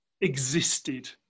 existed